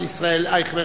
חבר הכנסת ישראל אייכלר,